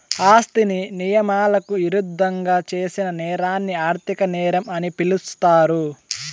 ఆస్తిని నియమాలకు ఇరుద్దంగా చేసిన నేరాన్ని ఆర్థిక నేరం అని పిలుస్తారు